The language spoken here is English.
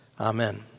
Amen